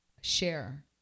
share